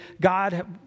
God